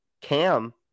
Cam